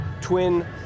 twin